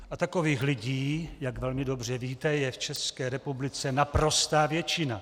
A takových lidí, jak velmi dobře víte, je v České republice naprostá většina.